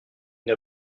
n’a